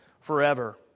forever